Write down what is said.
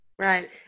right